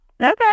Okay